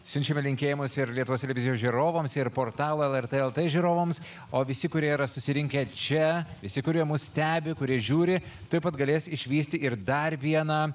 siunčiame linkėjimus ir lietuvos televizijos žiūrovams ir portalo lrt el t žiūrovams o visi kurie yra susirinkę čia visi kurie mus stebi kurie žiūri tuoj pat galės išvysti ir dar vieną